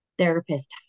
therapist